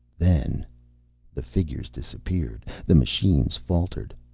then the figures disappeared. the machines faltered.